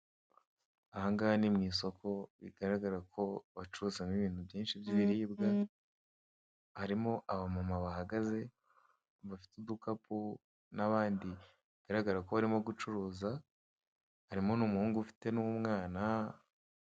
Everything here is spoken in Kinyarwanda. Ahangaha ni mw'isoko bigaragara ko bacuruzamo ibintu byinshi by'ibiribwa, harimo abamama bahagaze bafite udukapu n'abandi bigaragara ko barimo gucuruza harimo n'umuhungu ufite n'umwana.